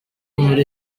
muri